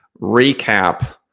recap